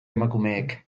emakumeek